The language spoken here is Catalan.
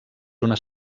unes